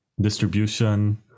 distribution